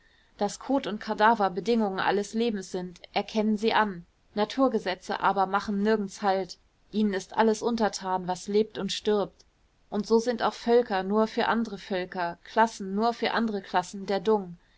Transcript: daß kot und kadaver bedingungen allen lebens sind erkennen sie an naturgesetze aber machen nirgends halt ihnen ist alles untertan was lebt und stirbt und so sind auch völker nur für andere völker klassen nur für andere klassen der dung